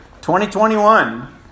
2021